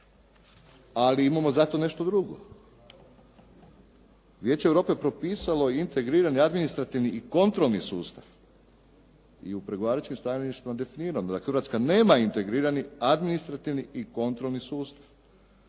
ali imamo zato nešto drugo. Vijeće Europe propisalo je i integrirani administrativni i kontrolni sustav i u pregovaračkim stajalištima je definirano da Hrvatska nema integrirani administrativni i kontrolni sustav